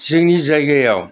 जोंनि जायगायाव